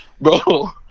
bro